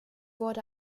wurde